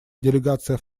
делегация